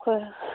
ꯑꯩꯈꯣꯏ